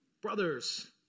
Brothers